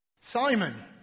Simon